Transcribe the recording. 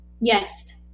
Yes